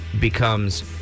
becomes